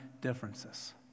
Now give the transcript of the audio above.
differences